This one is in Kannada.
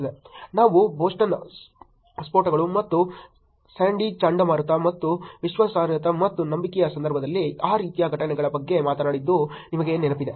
ನಾವು ಬೋಸ್ಟನ್ ಸ್ಫೋಟಗಳು ಮತ್ತು ಸ್ಯಾಂಡಿ ಚಂಡಮಾರುತ ಮತ್ತು ವಿಶ್ವಾಸಾರ್ಹತೆ ಮತ್ತು ನಂಬಿಕೆಯ ಸಂದರ್ಭದಲ್ಲಿ ಆ ರೀತಿಯ ಘಟನೆಗಳ ಬಗ್ಗೆ ಮಾತನಾಡಿದ್ದು ನಿಮಗೆ ನೆನಪಿದೆ